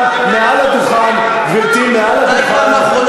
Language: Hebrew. אני יושב-ראש הישיבה.